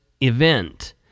event